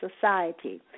Society